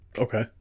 Okay